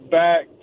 back